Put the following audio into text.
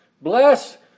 Bless